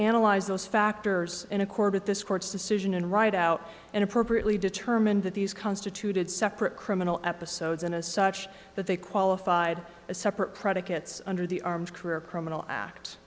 analyzed those factors in accord with this court's decision and right out and appropriately determined that these constituted separate criminal episodes and as such that they qualified as separate predicates under the armed career criminal act